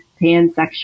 pansexual